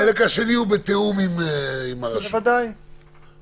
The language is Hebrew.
החלק השני הוא בתיאום עם הרשות, לא הראשון.